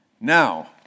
Now